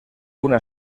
una